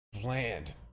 bland